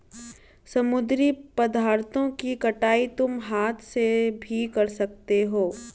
समुद्री पदार्थों की कटाई तुम हाथ से भी कर सकते हो